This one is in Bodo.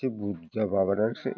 एसे बुरजा माबानानैसो